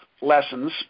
lessons